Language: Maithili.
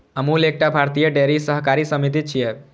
अमूल एकटा भारतीय डेयरी सहकारी समिति छियै